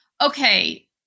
okay